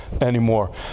anymore